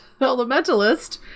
Elementalist